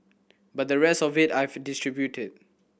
but the rest of it I've distributed